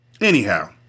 Anyhow